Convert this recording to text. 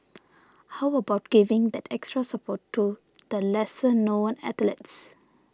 how about giving that extra support to the lesser known athletes